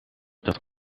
dat